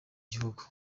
gihugu